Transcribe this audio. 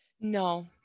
No